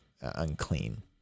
unclean